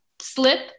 slip